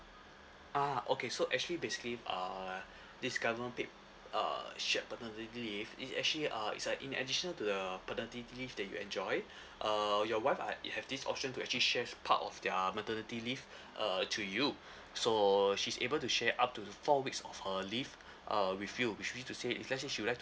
uh okay so actually basically uh this government paid uh shared paternity leave it's actually uh it's uh in additional to the paternity leave that you enjoy uh your wife uh it have this option to actually share part of their maternity leave err to you so she's able to share up to four weeks of her leave uh with you which means to say if let's say she would like